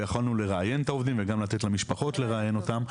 ויכלנו לראיין את העובדים וגם לתת למשפחות לראיין אותם,